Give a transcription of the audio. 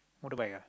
motorbike ah